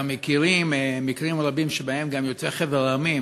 מכירים מקרים רבים שבהם גם יוצאי חבר המדינות,